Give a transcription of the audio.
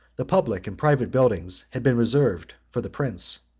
the public and private buildings had been reserved for the prince.